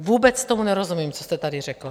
Vůbec tomu nerozumím, co jste tady řekl.